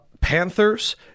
Panthers